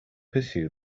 pursue